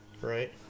Right